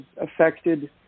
affected